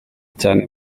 cyane